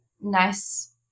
nice